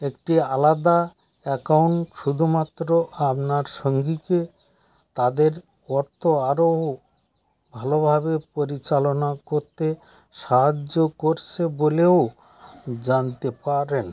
একটি আলাদা অ্যাকাউন্ট শুধুমাত্র আপনার সঙ্গীকে তাদের অর্থ আরও ভালোভাবে পরিচালনা করতে সাহায্য করছে বলেও জানতে পারেন